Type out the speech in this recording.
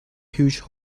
huge